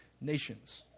nations